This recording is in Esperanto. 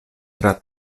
tra